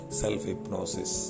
self-hypnosis